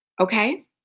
Okay